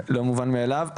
זה לא מוכן מאליו.